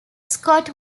scott